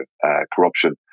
corruption